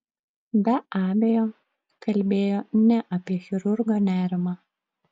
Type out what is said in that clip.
be abejo kalbėjo ne apie chirurgo nerimą